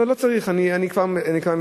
לא צריך, אני כבר מסיים.